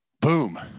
Boom